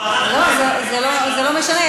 זה לא משנה.